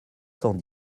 cent